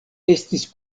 estis